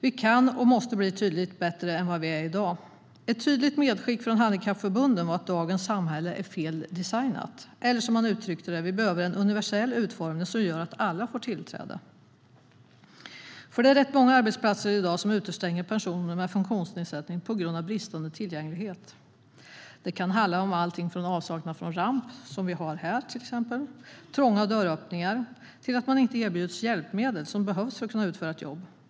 Vi kan och måste bli betydligt bättre än vi är i dag. Ett tydligt medskick från Handikappförbunden var att dagens samhälle är fel designat, eller som man uttryckte det: Vi behöver en universell utformning som gör att alla får tillträde. Det är i dag rätt många arbetsplatser som utestänger personer med funktionsnedsättning på grund av bristande tillgänglighet. Det kan handla om alltifrån avsaknad av ramp - som exempelvis här - och trånga dörröppningar till att man inte erbjuds hjälpmedel som behövs för att kunna utföra ett jobb.